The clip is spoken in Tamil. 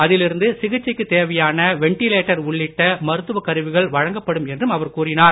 அதிலிருந்து சிகிச்சைக்கு தேவையான வென்டிலேட்டர் உள்ளிட்ட மருத்துவ கருவிகள் வழங்கப்படும் என்றும் அவர் கூறினார்